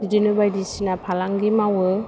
बिदिनो बायदि सिना फालांगि मावो